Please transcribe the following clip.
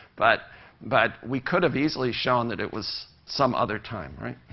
but but we could have easily shown that it was some other time, right?